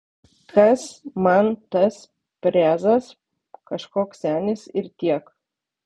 kas man tas prezas kažkoks senis ir tiek